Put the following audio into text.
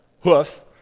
hoof